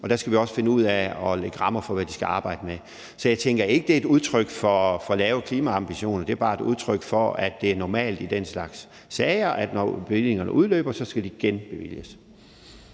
og der skal vi også finde ud af at lægge rammerne for, hvad de skal arbejde med. Så jeg tænker ikke, det er et udtryk for lave klimaambitioner, men det er jo bare et udtryk for, at det er normalt i den slags sager, at bevillingerne, når de udløber, skal genbevilges.